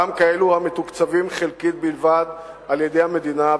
גם כאלה המתוקצבים חלקית בלבד על-ידי המדינה,